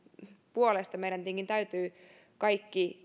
puolesta meidän tietenkin täytyy tehdä kaikki